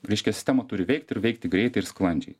reiškia sistema turi veikt ir veikti greitai ir sklandžiai